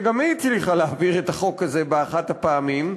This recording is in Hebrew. וגם היא הצליחה להעביר את החוק הזה באחת הפעמים,